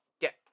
get